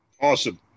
Awesome